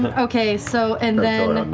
but okay, so and then,